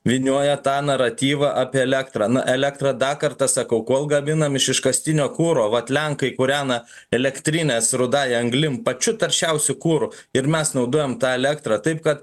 vynioja tą naratyvą apie elektrą na elektra dą kartą sakau kol gaminam iš iškastinio kuro vat lenkai kūrena elektrinės rudąja anglim pačiu taršiausiu kuru ir mes naudojam tą elektrą taip kad